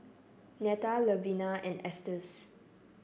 Neta Levina and Estes